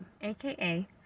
AKA